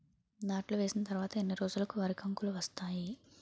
నాట్లు వేసిన తర్వాత ఎన్ని రోజులకు వరి కంకులు వస్తాయి?